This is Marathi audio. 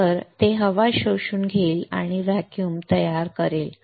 तर ते हवा शोषून घेईल आणि व्हॅक्यूम तयार करेल